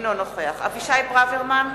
אינו נוכח אבישי ברוורמן,